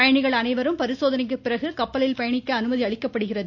பயணிகள் அனைவரும் பரிசோதனைக்கு பிறகு கப்பலில் பயணிக்க அனுமதி அளிக்கப்படுகிறது